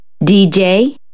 DJ